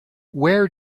where